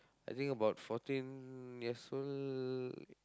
I think about fourteen years old